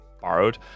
borrowed